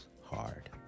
hard